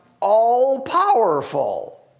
All-powerful